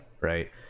Right